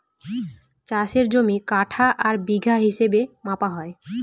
চাষের জমি কাঠা আর বিঘা হিসাবে মাপা হয়